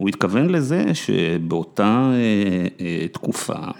‫הוא התכוון לזה שבאותה תקופה...